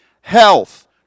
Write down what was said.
health